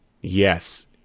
Yes